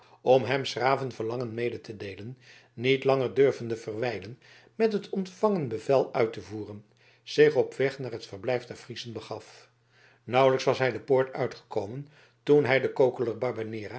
om hem s graven verlangen mede te deelen niet langer durvende verwijlen met het ontvangen bevel uit te voeren zich op weg naar het verblijf der friezen begaf nauwelijks was hij de poort uitgekomen toen hij den kokeler